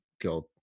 God